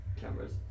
cameras